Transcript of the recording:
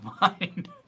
mind